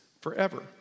forever